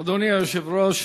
אדוני היושב-ראש,